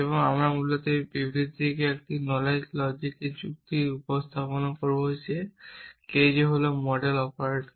এবং আমি মূলত এই বিবৃতিটিকে একটি সাধারণ নলেজ এর যুক্তিতে উপস্থাপন করব যে k j হল মডেল অপারেটর